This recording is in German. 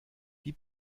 die